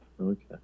Okay